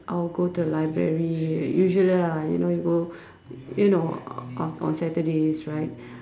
I'll go to the library usually lah you know you go you know uh on on Saturdays right